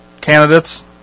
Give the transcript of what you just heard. candidates